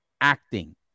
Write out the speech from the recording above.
acting